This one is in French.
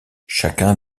chacun